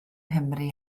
nghymru